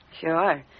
Sure